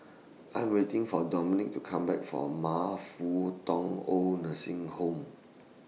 I Am waiting For Dominick to Come Back from Fut Tong Oid Nursing Home